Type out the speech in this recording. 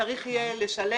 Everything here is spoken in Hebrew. צריך יהיה לשלב.